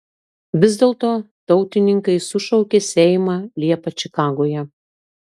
vis dėlto tautininkai sušaukė seimą liepą čikagoje